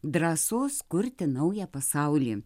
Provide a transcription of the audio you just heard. drąsos kurti naują pasaulį